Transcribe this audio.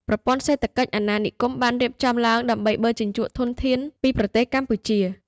ប្រព័ន្ធសេដ្ឋកិច្ចអាណានិគមបានរៀបចំឡើងដើម្បីបឺតជញ្ជក់ធនធានពីប្រទេសកម្ពុជា។